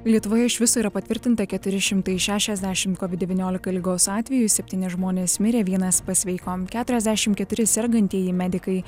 lietuvoje iš viso yra patvirtinta keturi šimtai šešiasdešimt kovid devyniolika ligos atvejų septyni žmonės mirė vienas pasveiko keturiasdešimt keturi sergantieji medikai